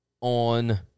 on